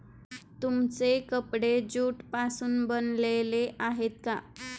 तुमचे कपडे ज्यूट पासून बनलेले आहेत का?